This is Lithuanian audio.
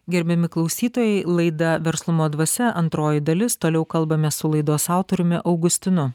gerbiami klausytojai laida verslumo dvasia antroji dalis toliau kalbamės su laidos autoriumi augustinu